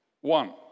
One